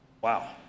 Wow